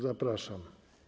Zapraszam.